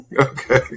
Okay